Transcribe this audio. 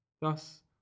Thus